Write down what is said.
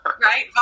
Right